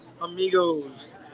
amigos